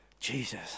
Jesus